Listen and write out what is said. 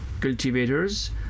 cultivators